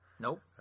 Nope